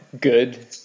good